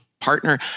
partner